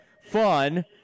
fun